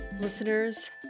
listeners